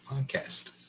podcast